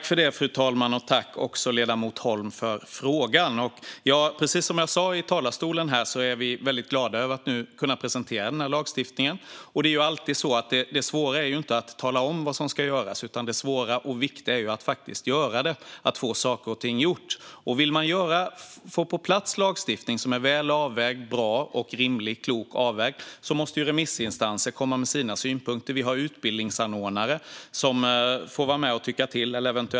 Fru talman! Jag tackar ledamoten Holm för frågan. Precis som jag sa i talarstolen är vi väldigt glada över att nu kunna presentera den här lagstiftningen. Som alltid är inte det svåra att tala om vad som ska göras. Det svåra och viktiga är att faktiskt göra det, att få saker och ting gjorda. Vill man få på plats lagstiftning som är klokt avvägd, bra och rimlig måste remissinstanser komma med sina synpunkter. Vi har eventuella kommande utbildningsanordnare som får vara med och tycka till.